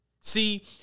See